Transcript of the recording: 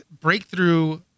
breakthrough